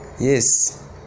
Yes